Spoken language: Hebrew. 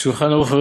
"שולחן ערוך",